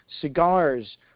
cigars